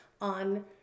on